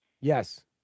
Yes